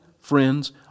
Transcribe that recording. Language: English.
friends